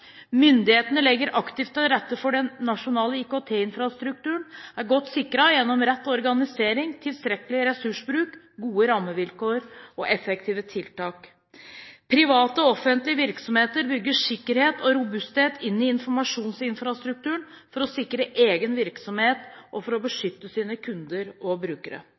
myndighetene legger aktivt til rette for at den nasjonale IKT-infrastrukturen er godt sikret, gjennom rett organisering, tilstrekkelig ressursbruk, gode rammevilkår og effektive tiltak private og offentlige virksomheter bygger sikkerhet og robusthet inn i sin informasjonsinfrastruktur for å sikre egen virksomhet og for å beskytte sine kunder og brukere